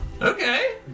Okay